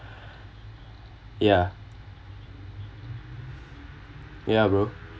ya ya bro